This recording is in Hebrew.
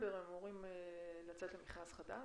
שבדצמבר הם אמורים לצאת למכרז חדש,